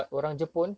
mm mm